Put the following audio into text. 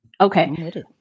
Okay